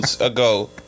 ago